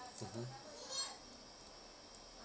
mmhmm